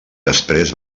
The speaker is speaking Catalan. després